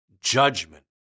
judgment